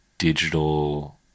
digital